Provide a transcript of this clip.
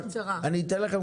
בעצמי 12 שנים יועצת מעו"ף.